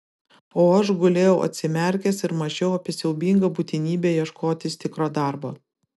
o aš gulėjau atsimerkęs ir mąsčiau apie siaubingą būtinybę ieškotis tikro darbo